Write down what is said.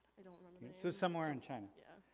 i don't remember. so somewhere in china? yeah.